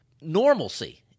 normalcy